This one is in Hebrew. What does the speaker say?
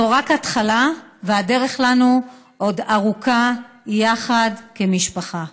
זאת התחלה, והדרך שלנו עוד ארוכה יחד כמשפחה.